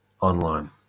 online